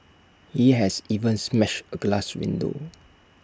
he has even smashed A glass window